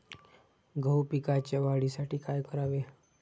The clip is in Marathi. गहू पिकाच्या वाढीसाठी काय करावे?